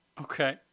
Okay